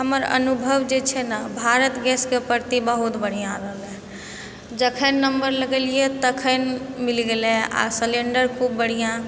हमर अनुभव जे छै ने भारत गैसके प्रति बहुत बढ़िआँ रहलै जखैन नम्बर लगेलियै तखन मिल गेलै आओर सिलिण्डर खूब बढ़िआँ